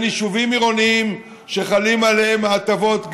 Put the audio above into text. יישובים עירוניים שחלות עליהם ההטבות,